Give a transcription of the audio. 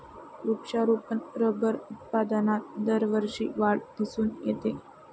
वृक्षारोपण रबर उत्पादनात दरवर्षी वाढ दिसून येते